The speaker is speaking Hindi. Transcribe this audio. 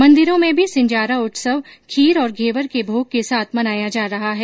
मंदिरों में भी सिंजारा उत्सव खीर और घेवर के भोग के साथ मनाया जा रहा है